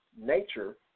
nature